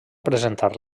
presentar